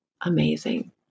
amazing